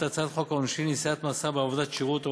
הצעת חוק העונשין (נשיאת מאסר בעבודות שירות,